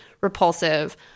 repulsive